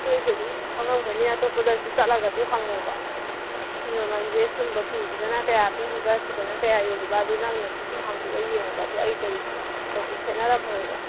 ꯅꯣꯏꯁꯨ ꯑꯗꯨꯝ ꯈꯪꯉꯝꯒꯅꯤ ꯑꯇꯣꯞꯄꯗ ꯁꯨꯝ ꯆꯠꯂꯒ ꯍꯪꯉꯣꯕ ꯐꯤ ꯃꯃꯜꯁꯦ ꯁꯨꯝꯕ ꯐꯤꯁꯤꯗꯅ ꯀꯌꯥ ꯄꯤꯔꯤꯕ ꯁꯤꯗꯅ ꯀꯌꯥ ꯌꯣꯜꯂꯤꯕ ꯑꯗꯨ ꯅꯪꯅꯁꯨ ꯁꯨꯝ ꯍꯪꯇꯣꯛꯑ ꯌꯦꯡꯉꯣꯕ ꯑꯗꯣ ꯑꯩꯒ ꯀꯩꯁꯨ ꯈꯦꯠꯅꯔꯝꯃꯣꯏꯕ